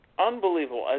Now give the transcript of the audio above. Unbelievable